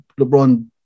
LeBron